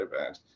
event